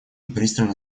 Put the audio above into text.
пристально